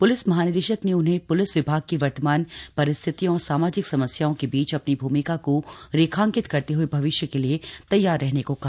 police महानिदेशक ने उन्हें प्लिस विभाग की वर्तमान परिस्थितियों और सामाजिक समस्याओं के बीच अपनी भूमिका को रेखांकित करते हए भविष्य के लिए तैयार रहने को कहा